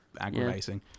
aggravating